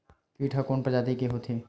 कीट ह कोन प्रजाति के होथे?